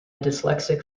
dyslexic